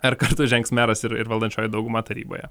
ar kartu žengs meras ir ir valdančioji dauguma taryboje